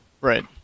right